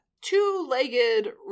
Two-legged